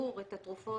לציבור את התרופות,